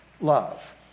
Love